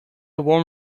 warm